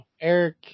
Eric